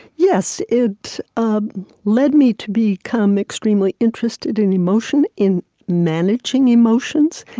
yes, it um led me to become extremely interested in emotion, in managing emotions,